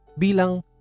bilang